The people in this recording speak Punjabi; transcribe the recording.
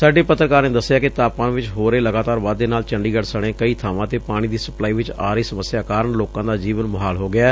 ਸਾਰੇ ਪਤਰਕਾਰਾਂ ਨੇ ਦਸਿਐ ਕਿ ਤਾਪਮਾਨ ਚ ਹੋ ਰਹੇ ਲਗਾਤਾਰ ਵਾਧੇ ਨਾਲ ਚੰਡੀਗੜ ਸਣੇ ਕਈ ਥਾਵਾਂ ਤੇ ਪਾਣੀ ਦੀ ਸਪਲਾਈ ਚ ਆ ਰਹੀ ਸਮੱਸਿਆ ਕਾਰਨ ਲੋਕਾਂ ਦਾ ਜੀਵਨ ਮੁਹਾਲ ਹੋ ਗਿਐ